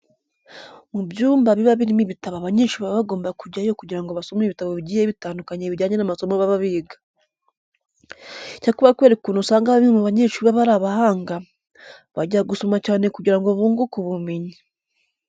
Mu byumba biba birimo ibitabo abanyeshuri baba bagomba kujyayo kugira ngo basome ibitabo bigiye bitandukanye bijyanye n'amasomo baba biga. Icyakora kubera ukuntu usanga bamwe mu banyeshuri baba ari abahanga, bajya gusoma cyane kugira ngo bunguke ubumenyi.